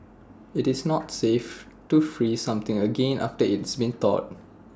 IT is not safe to freeze something again after IT has been thawed